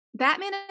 Batman